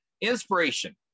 Inspiration